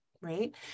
right